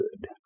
good